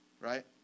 right